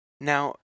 Now